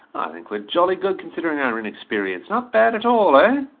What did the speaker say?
think we're jolly good, considering our inexperience. not bad at all, ah?